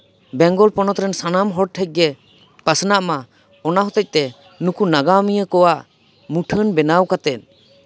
ᱵᱮᱝᱜᱚᱞ ᱯᱚᱱᱚᱛ ᱨᱮᱱ ᱥᱟᱱᱟᱢ ᱦᱚᱲ ᱴᱷᱮᱱ ᱜᱮ ᱯᱟᱥᱱᱟᱜ ᱢᱟ ᱚᱱᱟ ᱦᱚᱛᱮᱫ ᱛᱮ ᱱᱩᱠᱩ ᱱᱟᱜᱟᱢᱤᱭᱟᱹ ᱠᱚᱣᱟᱜ ᱢᱩᱴᱷᱟᱹᱱ ᱵᱮᱱᱟᱣ ᱠᱟᱛᱮᱫ